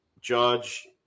Judge